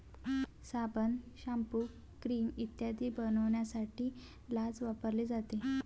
साबण, shampoo, cream इत्यादी बनवण्यासाठी लाच वापरली जाते